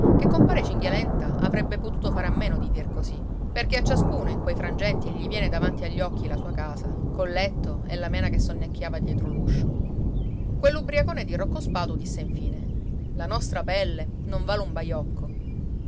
che compare cinghialenta avrebbe potuto fare a meno di dir così perché a ciascuno in quei frangenti gli viene davanti agli occhi la sua casa col letto e la mena che sonnecchiava dietro l'uscio quell'ubbriacone di rocco spatu disse infine la nostra pelle non vale un baiocco